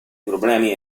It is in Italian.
problemi